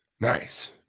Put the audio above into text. Nice